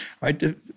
right